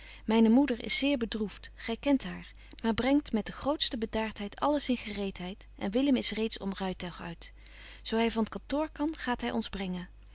myne moeder is zeer bedroeft gy kent haar maar brengt met de grootste bedaartheid alles in gereetheid en willem is reeds om rytuig uit zo hy van t kantoor kan gaat hy ons brengen